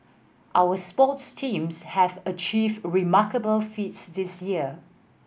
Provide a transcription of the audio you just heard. our sports teams have achieved remarkable feats this year